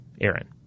Aaron